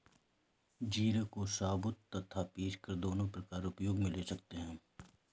जीरे को साबुत तथा पीसकर दोनों प्रकार उपयोग मे ले सकते हैं